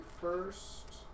first